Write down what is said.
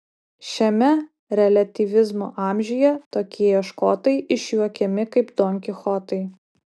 šiame reliatyvizmo amžiuje tokie ieškotojai išjuokiami kaip don kichotai